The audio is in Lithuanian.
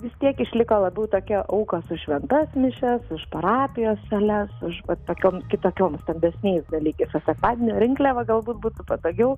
vis tiek išliko labiau tokia aukos už šventas mišias už parapijos sales už vat tokioms kitokioms stambesniais dalykais o sekmadienio rinkliavą galbūt būtų patogiau